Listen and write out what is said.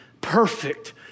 perfect